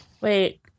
wait